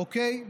אוקיי?